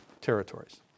territories